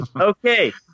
Okay